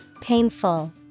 Painful